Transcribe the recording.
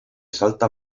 salta